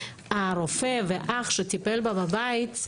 הרופא והאח שטיפל בה בבית,